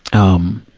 um,